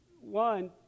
one